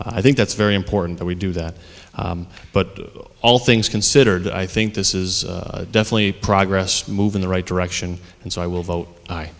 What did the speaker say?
i think that's very important that we do that but all things considered i think this is definitely progress move in the right direction and so i will vote i